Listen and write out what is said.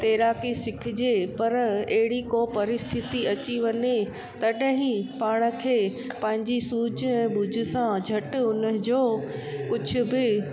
तैराकी सिखजे पर अहिड़ी को परिस्थिती अची वञे तॾहिं पाण खे पंहिंजी सूझ ऐं बूझ सां झटि उन जो कुझु बि